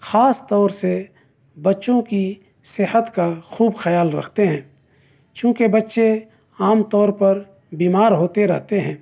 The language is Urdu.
خاص طور سے بچوں کی صحت کا خوب خیال رکھتے ہیں چونکہ بچے عام طور پر بیمار ہوتے رہتے ہیں